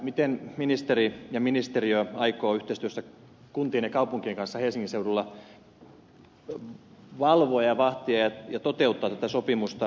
miten ministeri ja ministeriö aikoo yhteistyössä kuntien ja kaupunkien kanssa helsingin seudulla valvoa vahtia ja toteuttaa tätä sopimusta